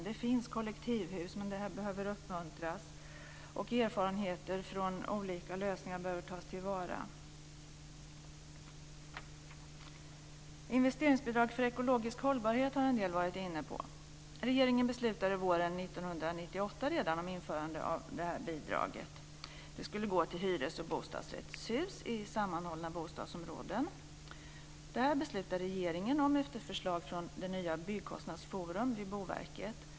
Det finns kollektivhus, men det behöver uppmuntras, och erfarenheter från olika lösningar bör tas till vara. Investeringsbidrag för ekologiskt hållbarhet har en del talare varit inne på. Regeringen beslutade redan våren 1998 om införandet av det bidraget. Det skulle gå till hyreshus och bostadsrättshus i sammanhållna bostadsområden. Det beslutade regeringen efter förslag från det nya Boendekostnadsforum vid Boverket.